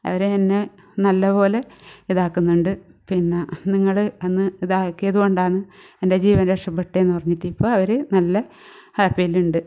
അവർ എന്നെ നല്ല പോലെ ഇതാക്കുന്നുണ്ട് പിന്ന നിങ്ങൾ അന്ന് ഇതാക്കിയത് കൊണ്ടാണ് എൻ്റെ ജീവൻ രക്ഷപെട്ടതെന്ന് പറഞ്ഞിട്ട് ഇപ്പം അവർ നല്ല ഹാപ്പിയിലുണ്ട്